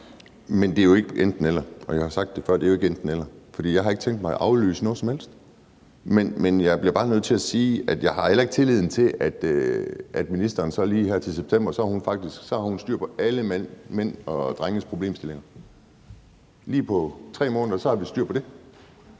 Men det er jo ikke enten-eller – og det har jeg sagt før – for jeg har ikke tænkt mig at aflyse noget som helst. Men jeg bliver bare nødt til at sige, at jeg ikke har tilliden til, at ministeren så lige her til september har styr på alle mænd og drenges problemstillinger – at lige på 3 måneder så har vi styr på det.